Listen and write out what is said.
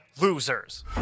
losers